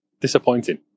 disappointing